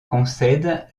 concède